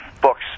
books